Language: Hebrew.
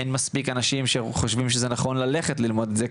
אין מספיק אנשים שחושבים שזה נכון ללכת ללמוד את זה,